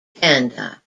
panda